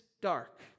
dark